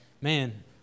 Man